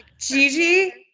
Gigi